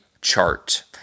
chart